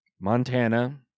Montana